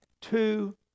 two